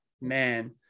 man